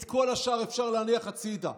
את כל השאר אפשר להניח הצידה.